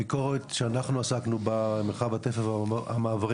הביקורת שאנחנו עסקנו בה היא במרחב התפר והמעברים